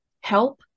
help